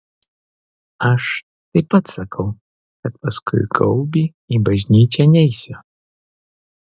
aš taip pat sakau kad paskui gaubį į bažnyčią neisiu